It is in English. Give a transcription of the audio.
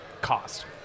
cost